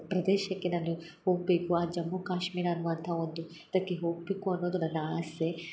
ಪ್ರದೇಶಕ್ಕೆ ನಾನು ಹೋಗಬೇಕು ಆ ಜಮ್ಮು ಕಾಶ್ಮೀರ ಅನ್ನುವಂಥ ಒಂದು ಇದಕ್ಕೆ ಹೋಗಬೇಕು ಅನ್ನೋದು ನನ್ನ ಆಸೆ